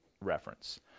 reference